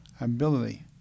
ability